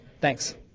Thanks